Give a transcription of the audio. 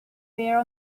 there